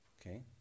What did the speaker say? okay